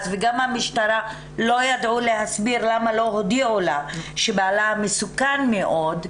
וגם המשטרה לא ידעו להסביר למה לא הודיעו לה שבעלה המסוכן מאד,